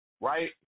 right